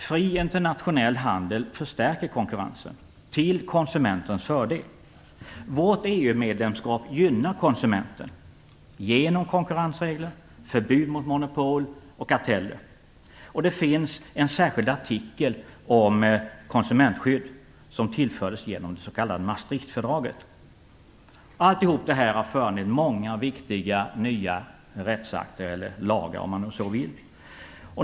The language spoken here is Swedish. Fri internationell handel förstärker konkurrensen till konsumentens fördel. Vårt EU-medlemskap gynnar konsumenten genom konkurrensregler, förbud mot monopol och karteller. Det finns en särskild artikel om konsumentskydd som tillfördes genom det s.k. Maastrichtfördraget. Allt detta har föranlett många viktiga nya rättsakter eller lagar.